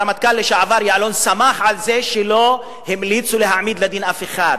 הרמטכ"ל לשעבר יעלון שמח על זה שלא המליצו להעמיד לדין אף אחד,